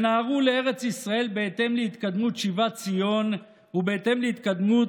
שנהרו לארץ ישראל בהתאם להתקדמות שיבת ציון ובהתאם להתקדמות